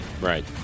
right